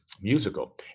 musical